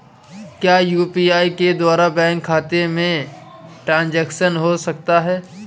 क्या यू.पी.आई के द्वारा बैंक खाते में ट्रैन्ज़ैक्शन हो सकता है?